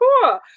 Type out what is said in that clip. cool